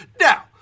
Now